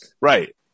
Right